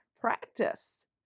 practice